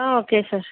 okay sir